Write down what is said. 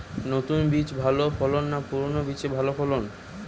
নতুন বীজে ভালো ফলন না পুরানো বীজে ভালো ফলন?